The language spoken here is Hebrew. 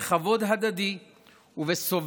בכבוד הדדי ובסובלנות.